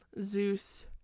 zeus